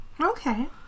Okay